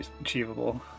achievable